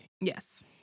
Yes